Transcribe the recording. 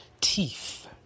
teeth